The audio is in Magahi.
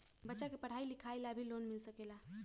बच्चा के पढ़ाई लिखाई ला भी लोन मिल सकेला?